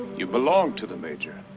you belong to the major,